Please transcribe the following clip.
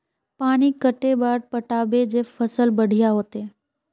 पानी कते बार पटाबे जे फसल बढ़िया होते?